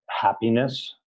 happiness